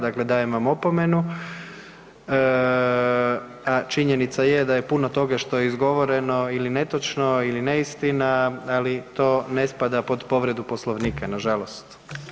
Dakle dajem vam opomenu, a činjenica je da je puno toga što je izgovoreno ili netočno, ili neistina ali to ne spada pod povredu Poslovnika na žalost.